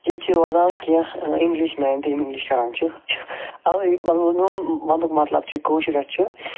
ییٚتہِ چھِ روزان کینٛہہ اِنگلِش مین تہِ یِم اِنگلِش کران چھِ میون وننُک مطلب چھُ کٲشر یۄس چھِ